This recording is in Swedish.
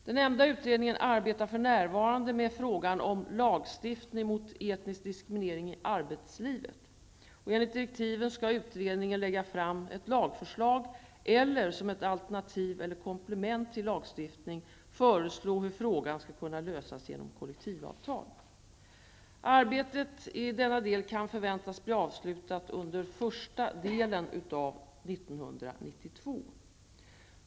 Den nämnda utredningen arbetar för närvarande med frågan om lagstiftning mot etnisk diskriminering i arbetslivet. Enligt direktiven skall utredningen lägga fram ett lagförslag eller -- som ett alternativ eller komplement till lagstiftning -- föreslå hur frågan skall kunna lösas genom kollektivavtal. Arbetet i denna del kan förväntas bli avslutat under första delen av år 1992.